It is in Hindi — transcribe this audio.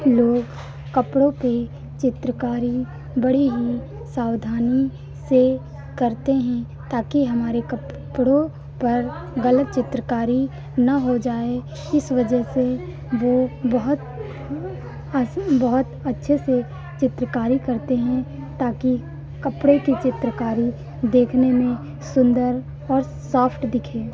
लोग कपड़ों पे चित्रकारी बड़ी ही सावधानी से करते हैं ताकि हमारे कपड़ों पर ग़लत चित्रकारी ना हो जाए इस वजह से वो बहुत हाँ बहुत अच्छे से चित्रकारी करते हैं ताकि कपड़े की चित्रकारी देखने में सुन्दर और सॉफ़्ट दिखे